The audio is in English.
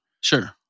Sure